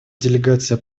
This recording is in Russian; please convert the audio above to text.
делегация